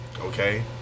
Okay